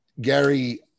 Gary